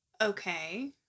Okay